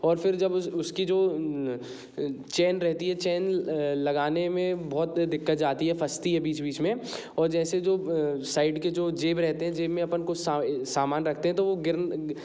और फिर जब उसकी जो चैन रहती है चैन लगाने में बहुत दिक्कत जाती है फंसती है बीच बीच में और जैसे जो साइड के जो जेब रहते हैं जेब अपन सामान रखते हैं तो वो